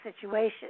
situation